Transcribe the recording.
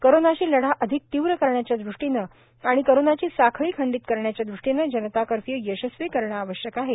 कोरोनाशी लढा अधिक तीव्र करण्याच्या दृष्टीने आणि कोरोनाची साखळी खंडित करण्याच्या दृष्टीने जनता कर्फ्यू यशस्वी करणे आवश्यक आहे